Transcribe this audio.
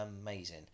amazing